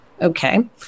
Okay